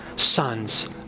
Sons